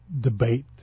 debate